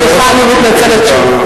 משי אל שי, נחמן בסופו של דבר.